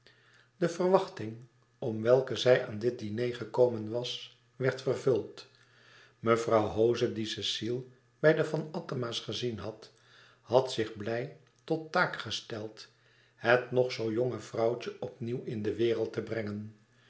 de verwachting om welke zij aan dit diner gekomen was werd vervuld mevrouw hoze die cecile bij de van attema's gezien had had zich blij tot taak gesteld het nog zoo jonge vrouwtje opnieuw in de wereld te brengen